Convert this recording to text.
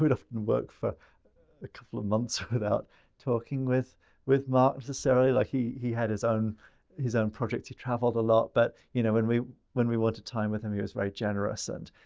would work for a couple of months without talking with with marc necessarily. like he he had his own his own project. he traveled a lot. but, you know, when we when we wanted time with him he was very generous. and,